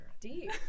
Deep